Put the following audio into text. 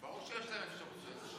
נכון, זו לא הקביעה, יש להם אפשרות לאסור.